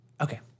Okay